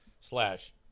slash